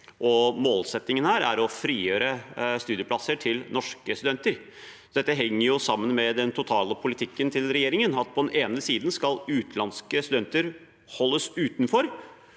målsettingen her er å frigjøre studieplasser til norske studenter. Så dette henger sammen med den totale politikken til regjeringen: På den ene siden skal utenlandske studenter holdes utenfor,